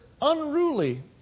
unruly